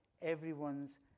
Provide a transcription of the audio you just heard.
everyone's